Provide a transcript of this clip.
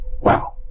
Wow